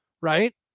Right